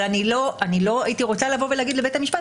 אבל אני לא הייתי רוצה להגיד לבית המשפט